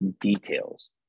details